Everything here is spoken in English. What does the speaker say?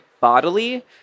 bodily